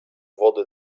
wody